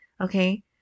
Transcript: okay